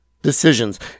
Decisions